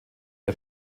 der